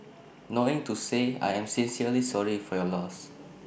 knowing to say I am sincerely sorry for your loss